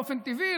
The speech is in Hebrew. באופן טבעי,